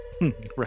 Right